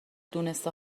دونسته